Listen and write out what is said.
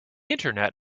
internet